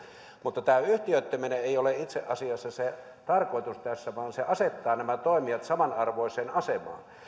mutta tämä yhtiöittäminen ei ole itse asiassa se tarkoitus tässä vaan se asettaa nämä toimijat samanarvoiseen asemaan